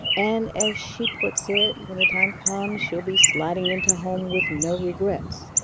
and as she puts it, when the time comes, she'll be sliding into home with no regrets.